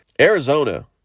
Arizona